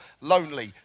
Lonely